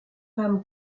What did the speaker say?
femme